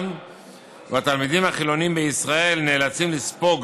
"והתלמידים החילונים בישראל נאלצים לספוג